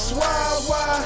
why-why